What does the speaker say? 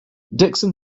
dickson